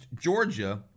Georgia